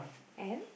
and